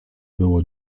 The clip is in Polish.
było